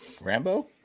Rambo